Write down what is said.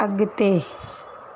अॻिते